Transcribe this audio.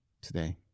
today